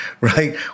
right